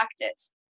practice